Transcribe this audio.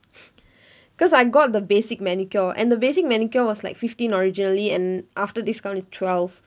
cause I got the basic manicure and the basic manicure was like fifteen originally and after discount is twelve